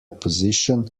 position